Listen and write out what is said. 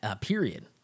period